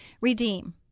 Redeem